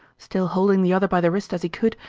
still holding the other by the wrist as he could,